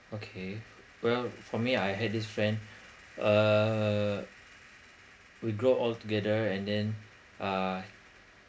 okay well for me I had this friend uh we grow altogether and then uh